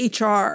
HR